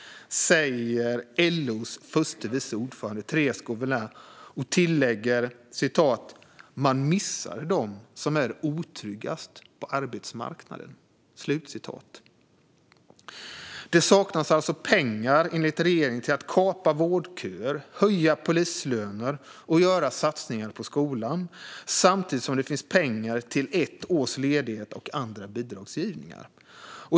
Hon tillade: "Man missar dem som är otryggast på arbetsmarknaden." Enligt regeringen saknas det pengar till att kapa vårdköer, höja polislöner och göra satsningar på skolan. Samtidigt finns det pengar till ett års ledighet och andra bidrag.